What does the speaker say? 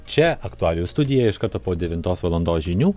čia aktualijų studija iš karto po devintos valandos žinių